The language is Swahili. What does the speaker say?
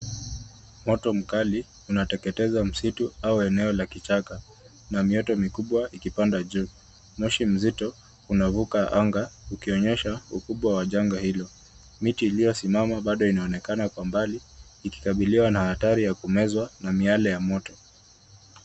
Moto mkali unateketeza msitu au eneo la kichaka na mioto mikubwa ikipanda juu. Moshi mzito unavuka anga ukionyesha ukubwa wa janga hilo. Miti iliyosimama bado inaonekana kwa mbali ikikabiliwa na kumezwa na miale ya moto.